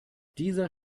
dieser